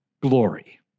glory